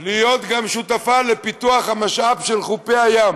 להיות שותפה לפיתוח המשאב של חופי הים.